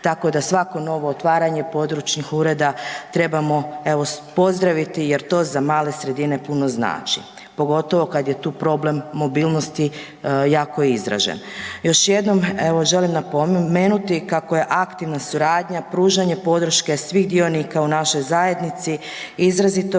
tako da svako novo otvaranje područnih ureda trebamo evo pozdraviti jer to za male sredine puno znači, pogotovo kad je tu problem mobilnosti jako je izražen. Još jednom evo želim napomenuti kako je aktivna suradnja, pružanje podrške svih dionika u našoj zajednici izrazito